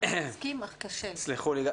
סלחו לי.